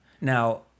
Now